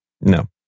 No